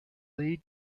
lead